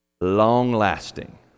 long-lasting